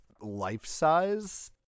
life-size